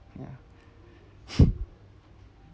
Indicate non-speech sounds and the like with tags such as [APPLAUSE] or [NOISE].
yeah [LAUGHS]